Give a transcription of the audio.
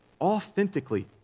authentically